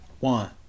One